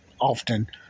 often